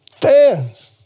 fans